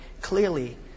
clearly